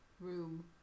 room